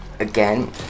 Again